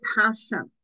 passion